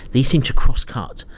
these seem to cross-cut.